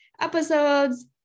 episodes